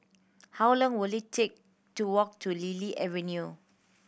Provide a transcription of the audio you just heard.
how long will it take to walk to Lily Avenue